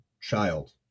child